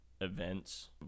events